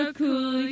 cool